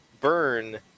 burn